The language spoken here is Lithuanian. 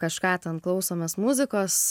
kažką ten klausomės muzikos